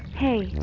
hey,